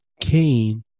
Cain